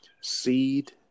seed